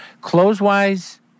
Clothes-wise